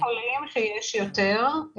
יש בתי חולים שיש להם יותר.